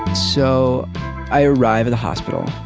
so i arrive at the hospital.